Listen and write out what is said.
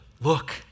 look